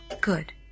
Good